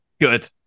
Good